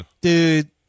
Dude